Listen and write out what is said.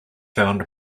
found